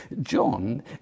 John